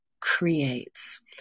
Creates